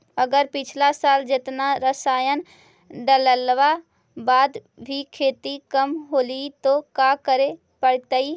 अगर पिछला साल जेतना रासायन डालेला बाद भी खेती कम होलइ तो का करे पड़तई?